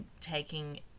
taking